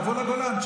תבוא לגולן,